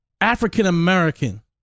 African-American